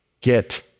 get